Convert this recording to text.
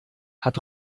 hat